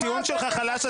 הטיעון שלך חלש,